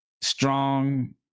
strong